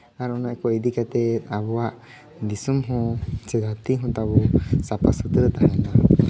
ᱟᱨ ᱚᱱᱟᱠᱚ ᱤᱫᱤ ᱠᱟᱛᱮ ᱟᱵᱚᱣᱟᱜ ᱫᱤᱥᱚᱢ ᱦᱚᱸ ᱪᱮ ᱫᱷᱟᱹᱨᱛᱤ ᱦᱚᱸ ᱛᱟᱵᱚᱱ ᱥᱟᱯᱷᱟ ᱥᱩᱛᱨᱚ ᱛᱟᱦᱮᱱᱟ